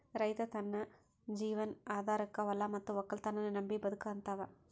ರೈತ್ ತನ್ನ ಜೀವನ್ ಆಧಾರಕಾ ಹೊಲಾ ಮತ್ತ್ ವಕ್ಕಲತನನ್ನೇ ನಂಬಿ ಬದುಕಹಂತಾವ